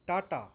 Tata